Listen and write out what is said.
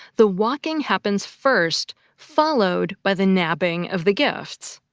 the walking happens first, followed by the nabbing of the gifts.